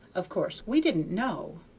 of course we didn't know.